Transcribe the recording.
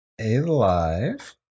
alive